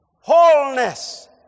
wholeness